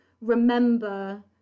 remember